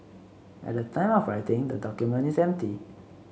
at the time of writing the document is empty